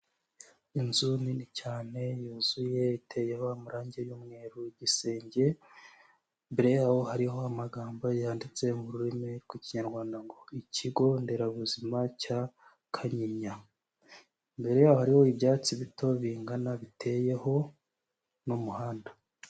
Inzu nini cyane yuzuye iteyeho amarange y'umweru igisenge, imbere yaho hariho amagambo yanditse mu rurimi rw'ikinyarwanda ngo ikigo nderabuzima cya Kanyinya, imbere yaho hariho ibyatsi bito bingana biteyeho n'umuhanda.